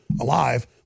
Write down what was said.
alive